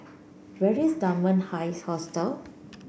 where is Dunman High Hostel